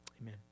amen